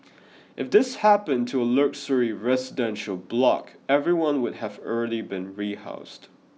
if this happened to a luxury residential block everyone would have already been rehoused